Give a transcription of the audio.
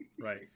Right